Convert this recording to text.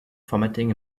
formatting